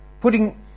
putting